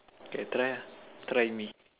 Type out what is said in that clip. okay try ah try me